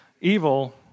Evil